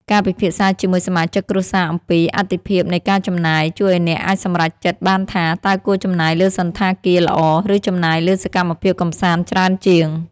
ការពិភាក្សាជាមួយសមាជិកគ្រួសារអំពី "អាទិភាពនៃការចំណាយ" ជួយឱ្យអ្នកអាចសម្រេចចិត្តបានថា តើគួរចំណាយលើសណ្ឋាគារល្អ ឬចំណាយលើសកម្មភាពកម្សាន្តច្រើនជាង។